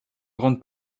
grande